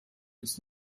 ist